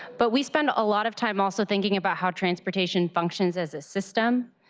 but, we spend a lot of time also thinking about how transportation functions as a system,